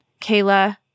Kayla